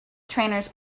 trainers